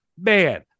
man